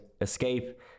Escape